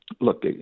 look